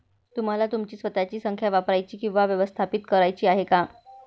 तुम्हाला तुमची स्वतःची संख्या वापरायची किंवा व्यवस्थापित करायची आहे का?